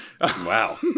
wow